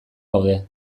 gaude